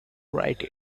write